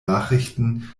nachrichten